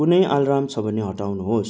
कुनै अलार्म छ भने हटाउनुहोस्